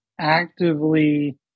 actively